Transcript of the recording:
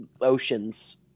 oceans